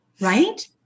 right